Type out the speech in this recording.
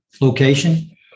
location